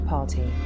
Party